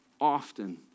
often